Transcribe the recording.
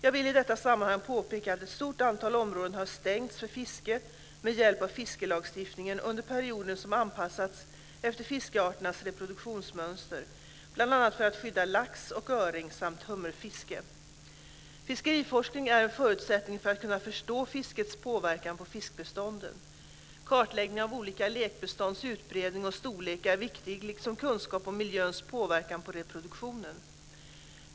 Jag vill i detta sammanhang påpeka att ett stort antal områden har stängts för fiske med hjälp av fiskelagstiftningen under perioder som anpassats efter fiskarternas reproduktionsmönster, bl.a. för att skydda lax och öring samt hummerfiske. Fiskeriforskning är en förutsättning för att kunna förstå fiskets påverkan på fiskbestånden. Kartläggning av olika lekbestånds utbredning och storlek är viktig, liksom kunskap om miljöns påverkan på reproduktionen.